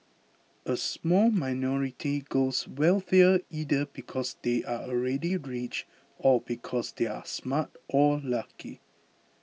a small minority grows wealthier either because they are already rich or because they are smart or lucky